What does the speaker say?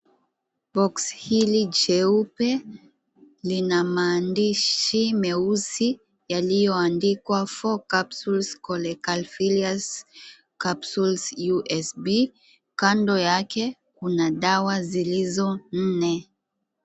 Boxi hili jeupe lina maandishi meusi na meupe yaliyoandikwa Cholecalciferol capsules USP, SUPER D3. Kando yake kuna dawa zilizonne.